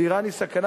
ואירן היא סכנה,